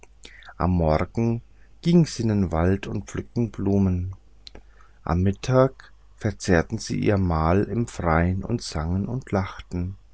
am morgen gingen sie in den wald und pflückten blumen am mittag verzehrten sie ihr mahl im freien und sangen und lachten